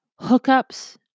hookups